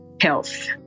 health